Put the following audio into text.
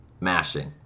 Mashing